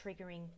triggering